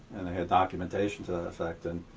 had documentation to that effect, and